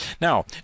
Now